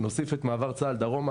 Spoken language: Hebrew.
נוסיף את מעבר צה"ל דרומה,